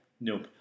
nope